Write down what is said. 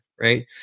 Right